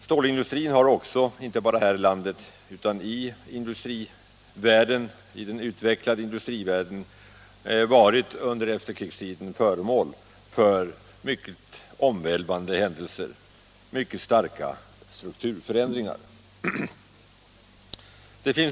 Stålindustrin har också inte bara här i landet utan i hela den utvecklade industrivärlden under efterkrigstiden varit föremål för mycket omvälvande händelser, mycket starka strukturförändringar.